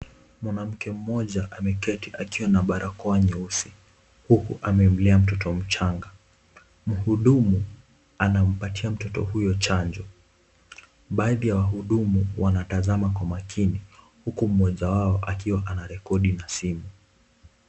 Mwanamke mmoja ameketi akiwa na barakoa nyeusi huku amemlea mtoto mchanga. Mhudumu anampatia mtoto huyo chanjo, baadhi ya wahudumu wanatazama kwa maakini huku mmoja wao akiwa anarekodi na simu.